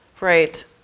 Right